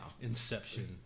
Inception